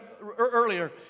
earlier